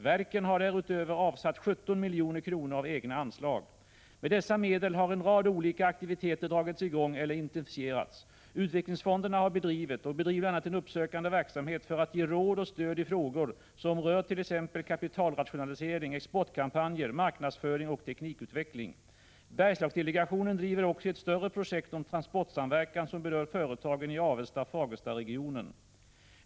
Verken har därutöver avsatt 17 milj.kr. av egna anslag. Med dessa medel har en rad olika aktiviteter dragits i gång eller intensifierats. Utvecklingsfonderna har bedrivit och bedriver bl.a. en uppsökande verksamhet för att ge råd och stöd i frågor som rör t.ex. kapitalrationalisering, exportkampanjer, marknadsföring och teknikutveckling. Bergslagsdelegationen driver också ett större projekt om transportsamverkan som berör företagen i Avesta-Fagersta-regionen.